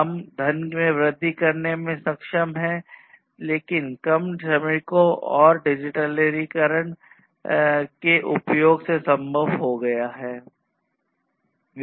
हम धन में वृद्धि करने में सक्षम हैं लेकिन कम श्रमिकों और डिजिटलीकरण के उपयोग से संभव हो गया है